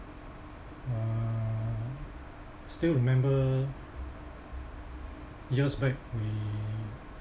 uh still remember years back we